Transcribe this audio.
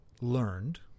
learned